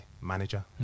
manager